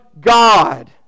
God